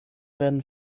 werden